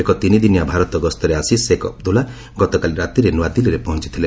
ଏକ ତିନିଦିନିଆ ଭାରତ ଗସ୍ତରେ ଆସି ସେକ୍ ଅବଦ୍ଦୁଲ୍ଲା ଗତକାଲି ରାତିରେ ନୂଆଦିଲ୍ଲୀରେ ପହଞ୍ଚଥିଲେ